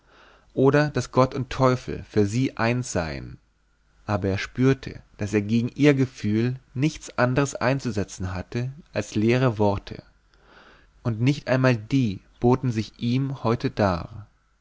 oder daß gott und teufel für sie eines seien aber er spürte daß er gegen ihr gefühl nichts andres einzusetzen hatte als leere worte und nicht einmal die boten sich ihm heute dar